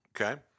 Okay